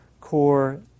core